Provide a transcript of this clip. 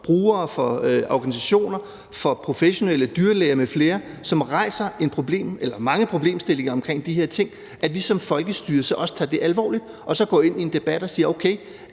brugere, fra organisationer, fra professionelle, dyrlæger m.fl. – som rejser mange problemstillinger omkring de her ting. Det tager vi som folkestyre så også alvorligt og går ind i en debat og siger: Okay,